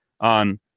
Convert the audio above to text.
on